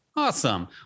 Awesome